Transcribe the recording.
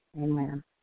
amen